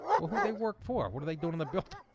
well who they worked for? what are they doing in the building?